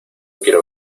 quiero